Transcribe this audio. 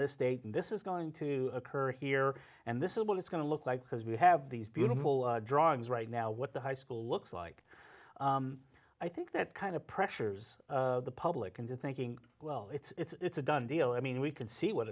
this date and this is going to occur here and this is what it's going to look like because we have these beautiful drawings right now what the high school looks like i think that kind of pressures the public into thinking well it's a done deal i mean we can see what